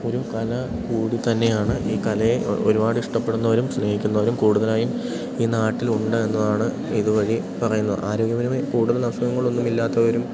ഒരു കല കൂടി തന്നെയാണ് ഈ കലയെ ഒരുപാടിഷ്ടപ്പെടുന്നവരും സ്നേഹിക്കുന്നവരും കൂടുതലായും ഈ നാട്ടിലുണ്ട് എന്നതാണ് ഇതു വഴി പറയുന്നത് ആരോഗ്യപരമായി കൂടുതൽ അസുഖങ്ങളൊന്നുമില്ലാത്തവരും